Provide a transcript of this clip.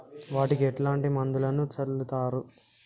వాటికి ఎట్లాంటి మందులను చల్లుతరు?